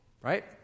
right